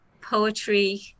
poetry